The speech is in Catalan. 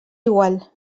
igual